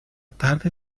tarde